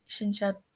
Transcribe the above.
relationship